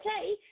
okay